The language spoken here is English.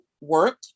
work